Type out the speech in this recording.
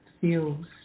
feels